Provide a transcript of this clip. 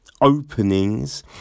openings